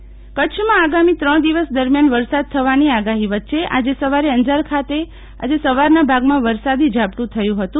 શીતલ વૈષ્ણવ હવામાન કચ્છમાં આગામી ત્રણ દિવસ દરમ્યાન વરસાદ થવાની આગાહી વચ્ચે આજે સવારે અંજાર ખાતે આજે સવારના ભાગમાં વરસાદી ઝાપટુ થયુ હતું